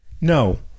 No